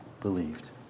believed